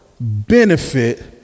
benefit